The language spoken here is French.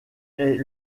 est